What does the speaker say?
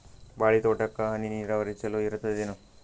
ಬಾಳಿ ತೋಟಕ್ಕ ಹನಿ ನೀರಾವರಿ ಚಲೋ ಇರತದೇನು?